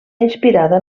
inspirada